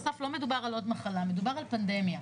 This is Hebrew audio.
לא מדובר על מחלה רגילה אלא על מגיפה,